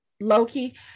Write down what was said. Loki